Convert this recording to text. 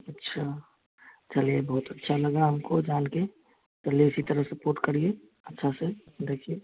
अच्छा चलाइए बहुत अच्छा लगा हमको जान के चलिए इसी तरह सपोर्ट करिए अच्छा से देखिए